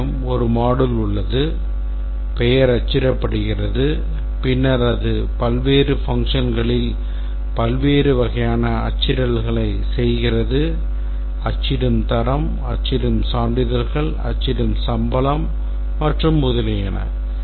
நம்மிடம் ஒரு module உள்ளது பெயர் அச்சிடப்படுகிறது பின்னர் அது பல்வேறு functionகளில் பல்வேறு வகையான அச்சிடல்களைச் செய்கிறது அச்சிடும் தரம் அச்சிடும் சான்றிதழ்கள் அச்சிடும் சம்பளம் மற்றும் முதலியன